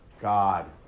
God